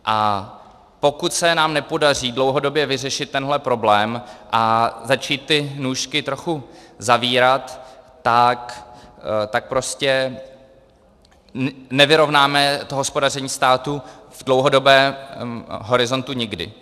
A pokud se nám nepodaří dlouhodobě vyřešit tenhle problém a začít ty nůžky trochu zavírat, tak prostě nevyrovnáme hospodaření státu v dlouhodobém horizontu nikdy.